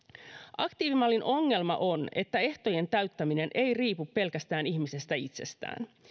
aktiivimallin ongelma on että ehtojen täyttäminen ei riipu pelkästään ihmisestä itsestään